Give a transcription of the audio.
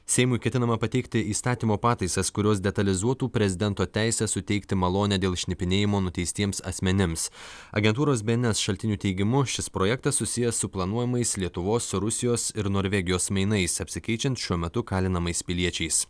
seimui ketinama pateikti įstatymo pataisas kurios detalizuotų prezidento teisę suteikti malonę dėl šnipinėjimo nuteistiems asmenims agentūros bns šaltinių teigimu šis projektas susijęs su planuojamais lietuvos rusijos ir norvegijos mainais apsikeičiant šiuo metu kalinamais piliečiais